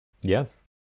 Yes